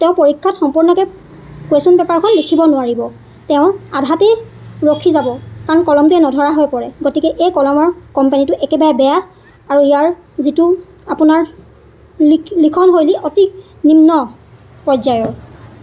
তেওঁ পৰীক্ষাত সম্পূৰ্ণকৈ কুৱেশ্যন পেপাৰখন লিখিব নোৱাৰিব তেওঁ আধাতেই ৰখি যাব কাৰণ কলমটোৱে নধৰা হৈ পৰে গতিকে এই কলমৰ কোম্পানীটো একেবাৰে বেয়া আৰু ইয়াৰ যিটো আপোনাৰ লি লিখনশৈলী অতি নিম্ন পৰ্য্য়ায়ৰ